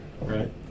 right